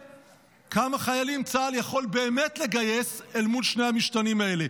וכמה חיילים צה"ל יכול באמת לגייס אל מול שני המשתנים האלה.